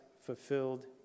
fulfilled